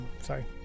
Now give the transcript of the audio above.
sorry